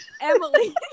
Emily